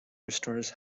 restores